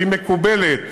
שמקובלת